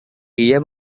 dia